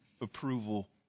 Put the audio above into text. approval